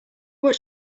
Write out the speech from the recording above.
what